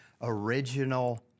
original